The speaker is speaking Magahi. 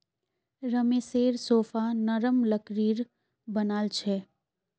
रमेशेर सोफा नरम लकड़ीर बनाल छ